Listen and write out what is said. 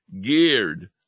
geared